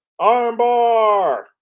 Armbar